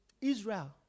Israel